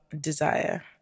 desire